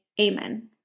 Amen